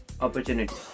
opportunity